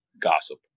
gossip